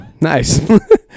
Nice